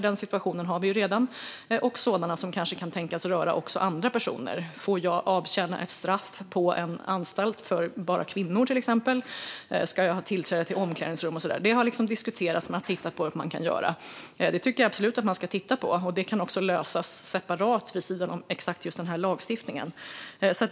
Den situationen har vi redan, men det finns också sådant som kan tänkas röra andra personer - till exempel om man får avtjäna ett straff på en anstalt för bara kvinnor, om man får tillträde till omklädningsrum och så vidare. Det har diskuterats hur detta kan göras, och jag tycker absolut att det ska tittas på. Det kan också lösas separat, vid sidan om lagstiftningen.